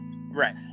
right